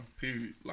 period